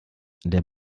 der